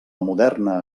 moderna